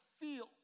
feel